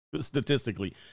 Statistically